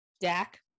Dak